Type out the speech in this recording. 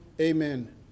Amen